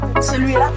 Celui-là